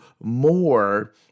more